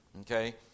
okay